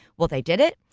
well, they did it,